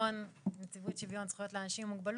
אני נציבות שוויון זכויות לאנשים עם מוגבלות.